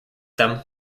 them